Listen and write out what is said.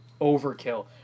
Overkill